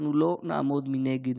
אנחנו לא נעמוד מנגד.